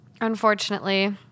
unfortunately